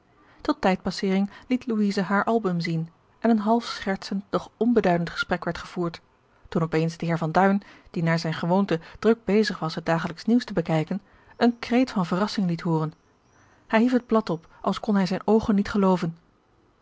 tot tijdpassering liet louise haar album zien en een half schertsend doch onbeduidend gesprek werd gevoerd toen op eens de heer van duin die naar zijne gewoonte druk bezig was het dagelijks nieuws te bekijken een kreet van verrassing liet hooren hij hief het blad op als kon hij zijne oogen niet gelooven